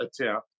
attempt